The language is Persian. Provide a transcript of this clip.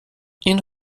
این